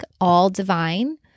all-divine